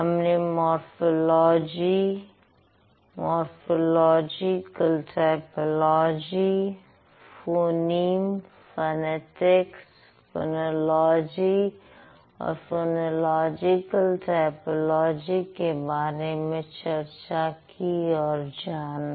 हमने morphology morphological typology phoneme phonetics phonology और phonological typology के बारे में चर्चा की और जाना